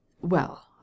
Well